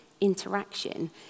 interaction